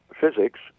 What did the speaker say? physics